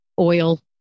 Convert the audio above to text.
Oil